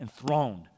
enthroned